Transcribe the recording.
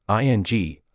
ing